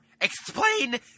explain